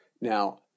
Now